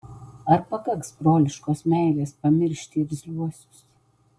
ar pakaks broliškos meilės pamiršti irzliuosius